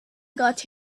got